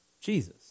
Jesus